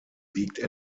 wiegt